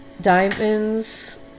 diamonds